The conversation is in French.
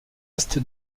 est